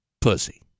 pussy